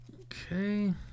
Okay